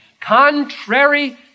contrary